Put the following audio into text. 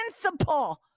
principle